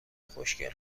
خوشگل